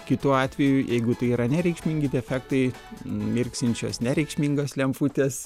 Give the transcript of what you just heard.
kitu atveju jeigu tai yra nereikšmingi defektai mirksinčios nereikšmingos lemputės